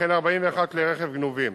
וכן 41 כלי רכב גנובים,